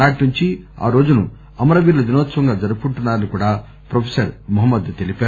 నాటి నుంచి ఆ రోజును అమరవీరుల దినోత్సవంగా జరుపుకుంటున్నారని కూడా ప్రొఫెసర్ అను మహమ్మద్ తెలిపారు